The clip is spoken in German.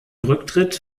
rücktritt